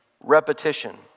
repetition